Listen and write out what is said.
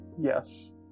Yes